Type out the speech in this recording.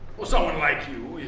or someone like you.